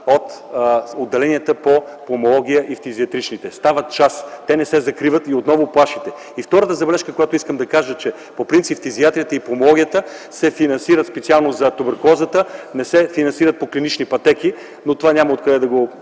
от отделенията по пулмология и фтизиатричните. Стават част, те не се закриват. И отново плашите! И втората забележка, която искам да кажа, че по принцип фтизиатрията и пулмологията се финансират, специално за туберкулозата, не се финансират по клинични пътеки. Но това няма откъде да Ви